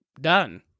done